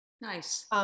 Nice